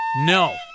No